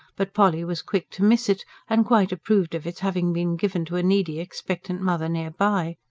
but polly was quick to miss it, and quite approved of its having been given to a needy expectant mother near by.